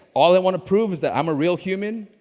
all i want to prove is that i'm a real human,